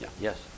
Yes